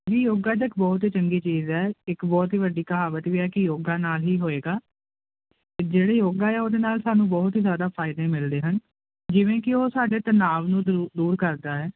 ਜੀ ਯੋਗਾ ਤਾਂ ਇੱਕ ਬਹੁਤ ਹੀ ਚੰਗੀ ਚੀਜ਼ ਹੈ ਇੱਕ ਬਹੁਤ ਹੀ ਵੱਡੀ ਕਹਾਵਤ ਵੀ ਹੈ ਕਿ ਯੋਗਾ ਨਾਲ ਹੀ ਹੋਵੇਗਾ ਜਿਹੜੇ ਯੋਗਾ ਆ ਉਹਦੇ ਨਾਲ ਸਾਨੂੰ ਬਹੁਤ ਹੀ ਜ਼ਿਆਦਾ ਫ਼ਾਇਦੇ ਮਿਲਦੇ ਹਨ ਜਿਵੇਂ ਕਿ ਉਹ ਸਾਡੇ ਤਣਾਅ ਨੂੰ ਦੂ ਦੂਰ ਕਰਦਾ ਹੈ